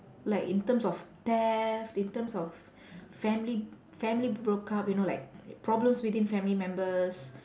like in terms of theft in terms of family family broke up you know like problems within family members